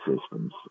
systems